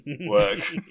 work